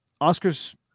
Oscar's